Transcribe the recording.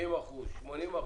70%, 80%,